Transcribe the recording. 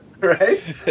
right